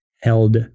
held